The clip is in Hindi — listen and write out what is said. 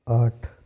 आठ